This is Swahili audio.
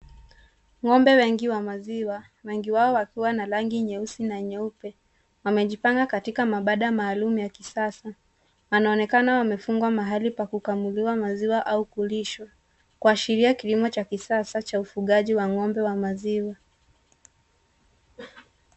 Ng'ombe wengi wa maziwa, wengi wao wakiwa na rangi nyeusi na nyeupe. Wamejipanga katika mabanda maalumu ya kisasa. Wanaonekana wamefungwa mahali pa kukamuliwa maziwa au kulishwa, kuashiria kilimo cha kisasa cha ufugaji wa ng'ombe wa maziwa.